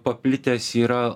paplitęs yra